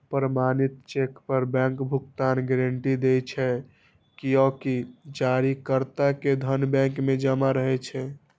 प्रमाणित चेक पर बैंक भुगतानक गारंटी दै छै, कियैकि जारीकर्ता के धन बैंक मे जमा रहै छै